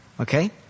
Okay